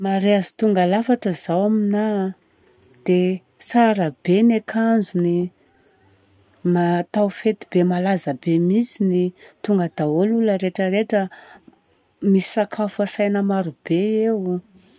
Mariazy tonga lafatra izao aminaha dia tsara be ny akanjony, ma- atao fety be malaza be mintsiny, tonga daholo ny olona rehetraretra, misy sakafo asaina marobe eo.